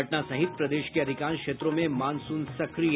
पटना सहित प्रदेश के अधिकांश क्षेत्रों में मॉनसून सक्रिय